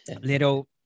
Little